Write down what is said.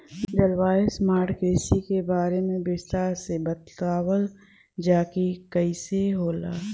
जलवायु स्मार्ट कृषि के बारे में विस्तार से बतावल जाकि कइसे होला?